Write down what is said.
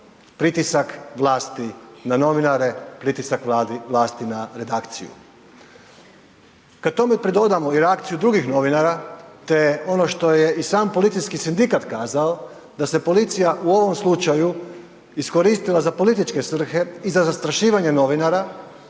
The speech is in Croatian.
pritisak vlasti na novinare, pritisak vlasti na redakciju. Kad tome pridodamo i reakciju drugih novinara, te ono što je i sam policijski sindikat kazao, da se policija u ovom slučaju iskoristila za političke svrhe i za zastrašivanje novinara